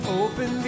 open